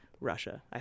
Russia